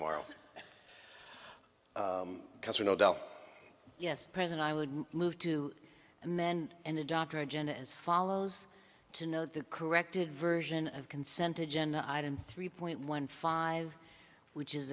tomorrow yes present i would move to the men and the doctor agenda as follows to know the corrected version of consent agenda item three point one five which is